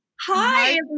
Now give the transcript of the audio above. Hi